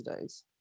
days